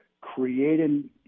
creating